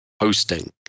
hosting